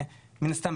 מן הסתם,